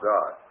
God